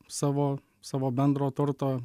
savo savo bendro turto